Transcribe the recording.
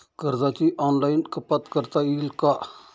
कर्जाची ऑनलाईन कपात करता येईल का?